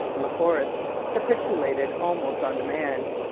la forest capitulated almost on demand